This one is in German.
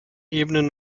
ebenen